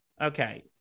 Okay